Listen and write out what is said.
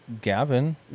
gavin